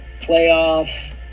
playoffs